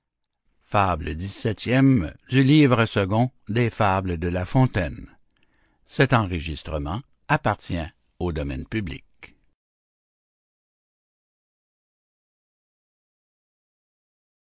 premier recueil des fables de la fontaine